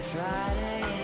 Friday